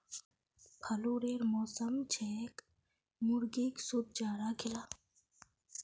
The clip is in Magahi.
फ्लूरेर मौसम छेक मुर्गीक शुद्ध चारा खिला